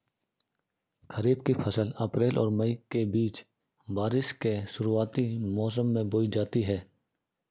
खरीफ़ की फ़सल अप्रैल और मई के बीच, बारिश के शुरुआती मौसम में बोई जाती हैं